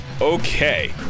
Okay